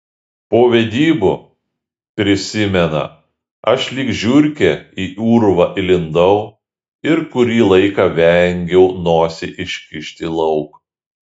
po vedybų prisimena aš lyg žiurkė į urvą įlindau ir kurį laiką vengiau nosį iškišti lauk